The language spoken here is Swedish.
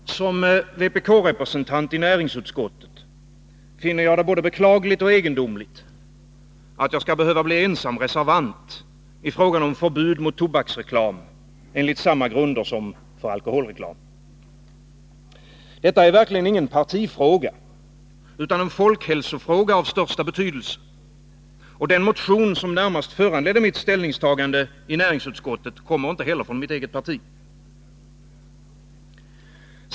Fru talman! Som vpk-representant i näringsutskottet finner jag det både beklagligt och egendomligt, att jag skall behöva bli ensam reservant i frågan om förbud mot tobaksreklam enligt samma grunder som för alkoholreklam. Detta är verkligen ingen partifråga utan en folkhälsofråga av största betydelse, och den motion som närmast föranledde mitt ställningstagande i utskottet kommer inte heller från mitt eget parti.